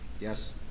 Yes